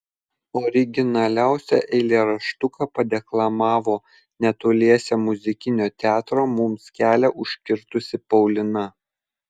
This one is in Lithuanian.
originaliausią eilėraštuką padeklamavo netoliese muzikinio teatro mums kelią užkirtusi paulina